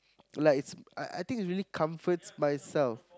like it's I I think it really comforts myself